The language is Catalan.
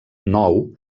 nou